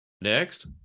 Next